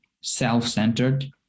self-centered